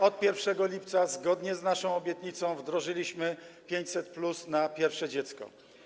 Od 1 lipca, zgodnie z naszą obietnicą, wdrożyliśmy 500+ na pierwsze dziecko.